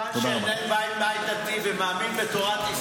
מכיוון שאני מבית דתי ומאמין בתורת ישראל,